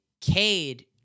Cade